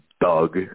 Doug